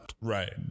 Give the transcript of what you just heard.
Right